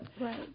Right